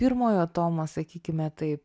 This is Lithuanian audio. pirmojo tomo sakykime taip